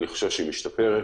אני חושב שהיא משתפרת.